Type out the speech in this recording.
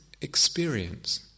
experience